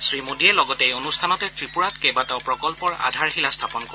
শ্ৰী মোদীয়ে লগতে এই অনূষ্ঠানতে ত্ৰিপূৰাত কেইবাটাও প্ৰকল্পৰ আধাৰশিলা স্থাপন কৰিব